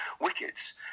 wickets